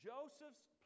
Joseph's